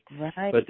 Right